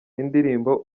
indirimbo